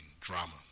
drama